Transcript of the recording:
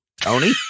Tony